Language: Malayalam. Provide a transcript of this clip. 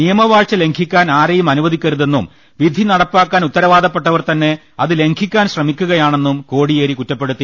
നിയമവാഴ്ച ലംഘിക്കാൻ ആരെയും അനുവദിക്കരുതെന്നും വിധി നടപ്പാക്കാൻ ഉത്തരവാദപ്പെട്ടവർതന്നെ അത് ലംഘിക്കാൻ ശ്രമി ക്കുകയാണെന്നും കോടിയേരി കുറ്റപ്പെടുത്തി